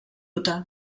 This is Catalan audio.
utah